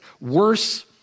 worse